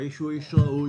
האיש הוא איש ראוי,